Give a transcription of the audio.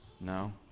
No